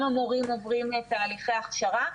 גם המורים עוברים תהליכי הכשרה.